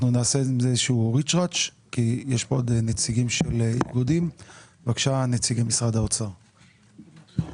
נעשה איזשהו ריצ'רץ' כי יש כאן נציגים של איגודים שירצו להתייחס.